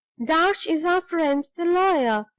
darch is our friend the lawyer,